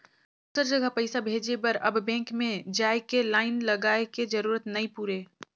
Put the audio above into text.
दुसर जघा पइसा भेजे बर अब बेंक में जाए के लाईन लगाए के जरूरत नइ पुरे